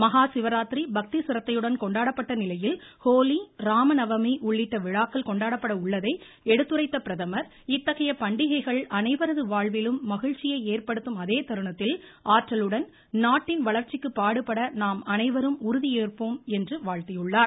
மகா சிவராத்திரி பக்தி சிரத்தையுடன் கொண்டாடப்பட்ட நிலையில் ஹோலி ராமநவமி உள்ளிட்ட பல்வேறு விழாக்கள் வரவுள்ளதை எடுத்துரைத்த பிரதமர் இத்தகைய பண்டிகைகள் அனைவரது வாழ்விலும் மகிழ்ச்சியை ஏற்படுத்தும் அதே தருணத்தில் ஆற்றலுடன் நாட்டின் வளர்ச்சிக்கு பாடுபட நாம் அனைவரும் உறுதியேற்பாம் என்று வாழ்த்தியுள்ளார்